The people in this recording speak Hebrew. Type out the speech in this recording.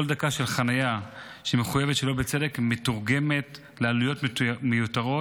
כל דקה של חניה שמחויבת שלא בצדק מתורגמת לעליות מיותרות